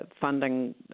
Funding